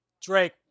Drake